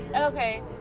okay